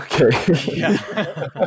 Okay